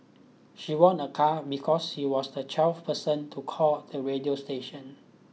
she won a car because she was the twelfth person to call the radio station